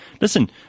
Listen